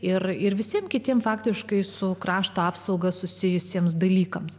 ir ir visiems kitiems faktiškai su krašto apsauga susijusiems dalykams